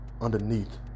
underneath